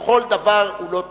כל דבר הוא לא טוב.